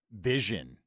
vision